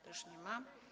Też nie ma.